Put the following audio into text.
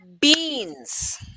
beans